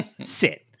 sit